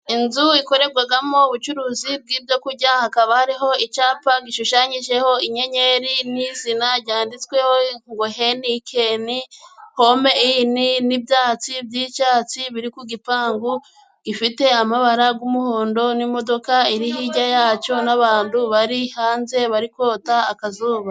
Inzu ikorerwamo ubucuruzi bw'ibyo kurya, hakaba hariho icyapa gishushanyijeho inyenyeri n'izina ryanditsweho ngo henikeni, home n'ibyatsi by'icyatsi biri ku gipangu gifite amabara: umuhondo n'imodoka iri hirya yacyo n'abantu bari hanze barikota akazuba.